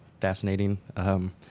fascinating